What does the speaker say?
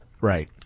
right